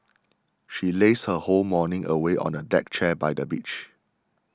she lazed her whole morning away on a deck chair by the beach